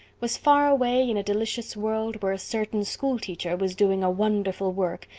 was far away in a delicious world where a certain schoolteacher was doing a wonderful work,